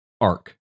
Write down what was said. arc